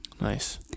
Nice